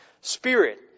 spirit